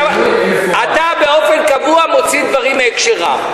אתה באופן קבוע מוציא דברים מהקשרם.